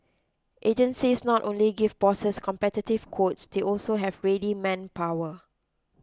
agencies not only give bosses competitive quotes they also have ready manpower